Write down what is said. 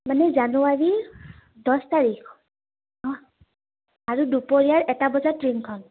মানে জানুৱাৰী দহ তাৰিখ অঁ আৰু দুপৰীয়াৰ এটা বজাত ট্ৰেইনখন